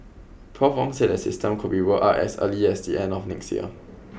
prof Wong said the system could be rolled out as early as the end of next year